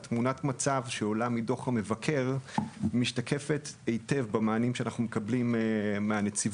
תמונת המצב שעולה מדו"ח המבקר משתקפת היטב במענים שאנחנו מקבלים מהנציבות